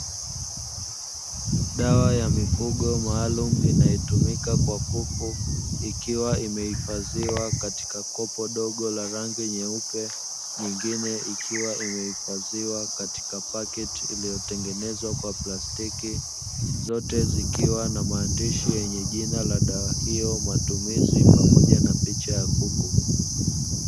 Dawa ya mifugo maalumu inayotumika kwa kuku ikiwa imeifadhiwa katika kopo dogo la rangi nyeupe, nyingine ikiwa imeifadhiwa katika paketi iliyotengenezwa kwa plastiki, zote zikiwa na maandishi yenye jina la dawa hiyo, matumizi pamoja na picha ya kuku.